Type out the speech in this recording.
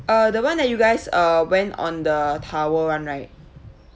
uh the [one] that you guys uh went on the tower [one] right